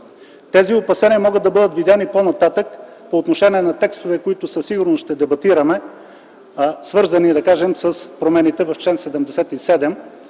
Тези опасения могат да бъдат видени по-нататък по отношение на текстове, които със сигурност ще дебатираме, свързани с промените в чл. 77,